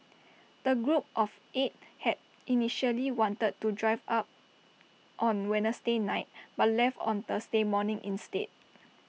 the group of eight had initially wanted to drive up on Wednesday night but left on Thursday morning instead